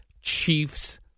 Chiefs